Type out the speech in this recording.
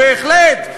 בהחלט,